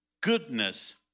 goodness